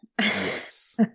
yes